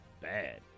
bad